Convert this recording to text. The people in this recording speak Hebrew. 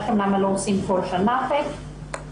למה לא עושים כל שנה את זה,